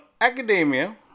academia